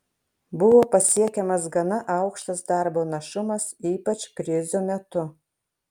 buvo pasiekiamas gana aukštas darbo našumas ypač krizių metu